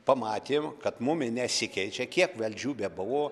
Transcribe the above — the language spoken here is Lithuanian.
pamatėm kad mum nesikeičia kiek valdžių bebuvo